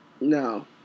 No